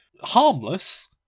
harmless